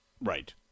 Right